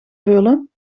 veulen